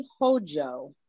Hojo